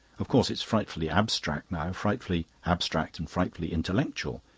of course, it's frightfully abstract now frightfully abstract and frightfully intellectual.